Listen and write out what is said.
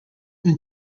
been